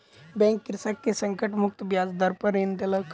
bank कृषक के संकट मुक्त ब्याज दर पर ऋण देलक